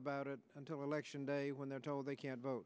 about it until election day when they're told they can't vote